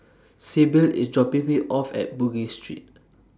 Sibyl IS dropping Me off At Bugis Street